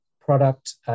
product